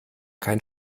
kein